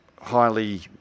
highly